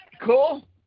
Cool